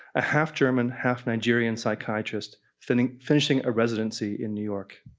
a half german, half nigerian psychiatrist finishing finishing a residency in new york,